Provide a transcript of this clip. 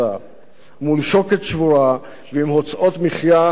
מול שוקת שבורה, ועם הוצאות מחיה הולכות